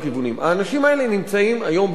האנשים האלה נמצאים היום בישראל.